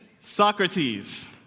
Socrates